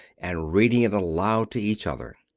and reading it aloud to each other.